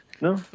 No